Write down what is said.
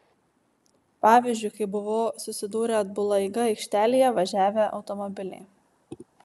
pavyzdžiui kai buvo susidūrę atbula eiga aikštelėje važiavę automobiliai